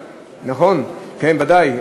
נכון, כן, ודאי.